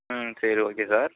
ம் சரி okay sir